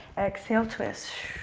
exhale, twist.